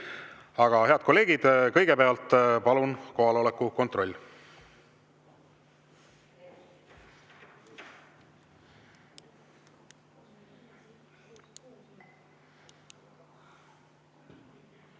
head kolleegid, kõigepealt palun kohaloleku kontroll!